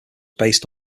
based